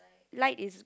light is